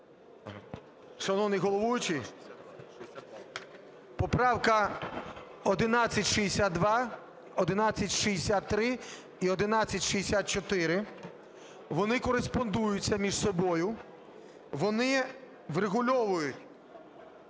Шановний головуючий, поправки 1162, 1163, 1164. Вони кореспондуються між собою, вони врегульовують